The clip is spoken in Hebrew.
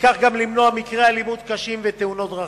וכך גם למנוע מקרי אלימות קשים ותאונות דרכים.